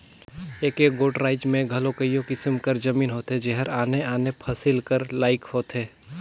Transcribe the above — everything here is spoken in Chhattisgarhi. एके गोट राएज में घलो कइयो किसिम कर जमीन होथे जेहर आने आने फसिल कर लाइक होथे